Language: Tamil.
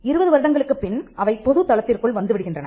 20 வருடங்களுக்குப் பின் அவை பொது தளத்திற்குள் வந்துவிடுகின்றன